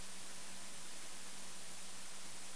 ולא כל ראש עיר יחליט, על-פי דעתו האישית, איפה